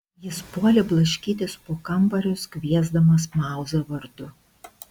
jis puolė blaškytis po kambarius kviesdamas mauzą vardu